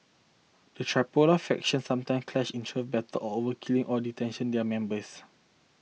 the Tripoli factions sometime clash in turf battle or over killing or detention their members